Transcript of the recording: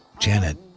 janet,